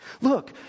Look